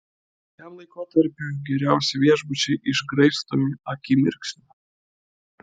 šiam laikotarpiui geriausi viešbučiai išgraibstomi akimirksniu